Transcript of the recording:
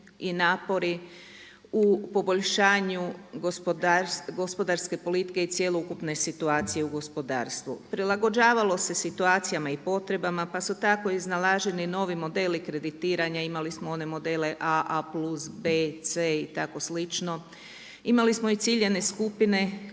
i napori u poboljšanju gospodarske politike i cjelokupne situacije u gospodarstvu. Prilagođavalo se situacijama i potrebama, pa su tako iznalaženi novi modeli kreditiranja. Imali smo one modele A, A+, B, c i tako slično. Imali smo i ciljane skupine kojima